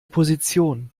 position